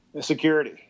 security